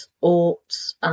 oughts